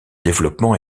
développement